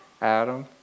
Adam